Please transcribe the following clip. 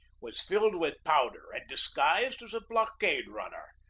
was filled with powder and disguised as a blockade-runner,